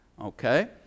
Okay